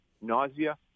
nausea